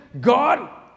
God